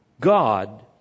God